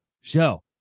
Show